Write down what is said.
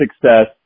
success